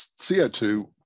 CO2